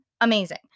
amazing